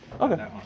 Okay